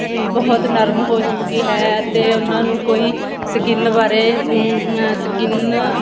ਸ ਬਹੁਤ ਨਰਮ ਹੋ ਚੁੱਕੀ ਹੈ ਅਤੇ ਉਹਨਾਂ ਨੂੰ ਕੋਈ ਸਕਿਨ ਬਾਰੇ ਸਕਿਨ